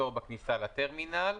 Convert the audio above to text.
מנגנון